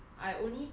ya so